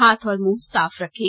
हाथ और मुंह साफ रखें